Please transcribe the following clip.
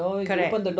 correct